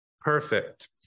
perfect